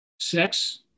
sex